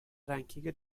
رنکینگ